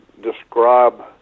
describe